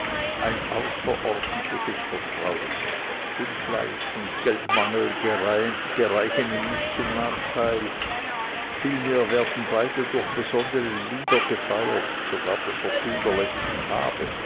ein außerordentliches vertrauen unfleiß und geldmangel gereichen ihm nicht zum nachteil vielmehr werden beide durch besondere lieder gefeiert sogar das vertun der letzten habe